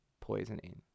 poisoning